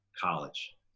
college